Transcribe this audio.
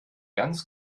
ganz